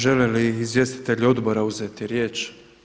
Žele li izvjestitelji odbora uzeti riječ?